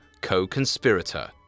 co-conspirator